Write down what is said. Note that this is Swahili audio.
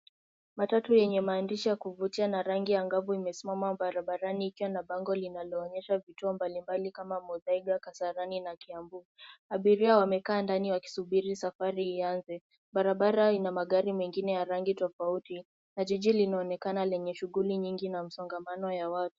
Matatu yenye maandishi ya kuvutia na rangi angavu imesimama barabarani ikiwa na bango linaloonyesha vituo mbalimbali kama Muthaiga, Kasarani na kiambu. Abiria wamekaa ndani wakisubiri safari ianze, barabara ina magari mengine ya rangi tofauti, na jiji linaonekana lenye shughuli nyingi na msongamano ya watu.